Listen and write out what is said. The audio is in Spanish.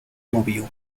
movió